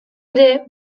ere